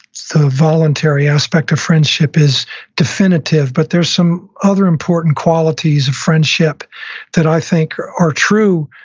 so voluntary aspect of friendship is definitive, but there's some other important qualities of friendship that i think are are true